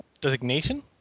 designation